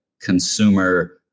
consumer